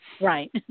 Right